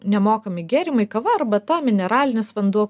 nemokami gėrimai kava arbata mineralinis vanduo